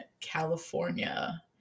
California